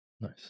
Nice